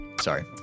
sorry